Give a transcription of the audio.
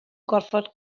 gorfod